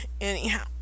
anyhow